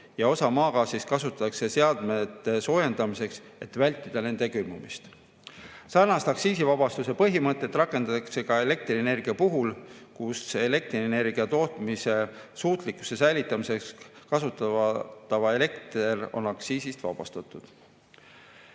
ja osa maagaasist kasutatakse seadmete soojendamiseks, et vältida nende külmumist. Sarnast aktsiisivabastuse põhimõtet rakendatakse ka elektrienergia puhul, kus elektrienergia tootmise suutlikkuse säilitamiseks kasutatav elekter on aktsiisist vabastatud.